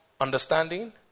understanding